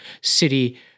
city